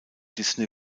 disney